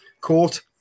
Court